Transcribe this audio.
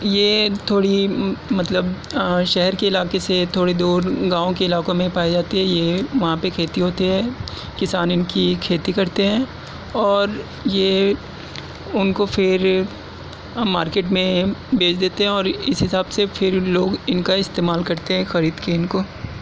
یہ تھوڑی مطلب شہر کےعلاقے سے تھوڑی دور گاؤں کے علاقوں میں پائی جاتی ہے یہ وہاں پہ کھیتی ہوتی ہے کسان ان کی کھیتی کرتے ہیں اور یہ ان کو پھر ہم مارکیٹ میں بیچ دیتے ہیں اور اس حساب سے پھر لوگ ان کا استعمال کرتے ہیں خرید کے ان کو